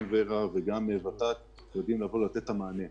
גם ור"ה וגם ות"ת ידעו לתת את המענה.